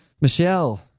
Michelle